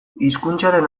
hizkuntzaren